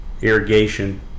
irrigation